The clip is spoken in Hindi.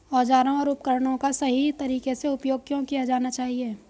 औजारों और उपकरणों का सही तरीके से उपयोग क्यों किया जाना चाहिए?